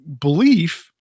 belief